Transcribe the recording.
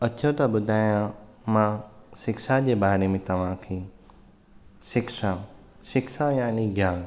अचो त ॿुधायां मां शिक्षा जे बारे में तव्हांखे शिक्षा शिक्षा यानी ज्ञान